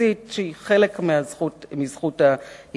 בסיסית שהיא חלק מזכות ההתארגנות.